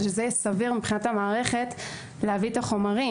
שזה יהיה סביר מבחינת המערכת להביא את החומרים,